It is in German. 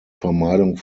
vermeidung